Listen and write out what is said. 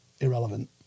irrelevant